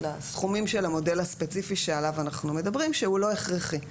הסכומים של המודל הספציפי שעליו אנחנו מדברים שהוא לא הכרחי.